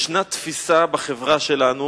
ישנה תפיסה בחברה שלנו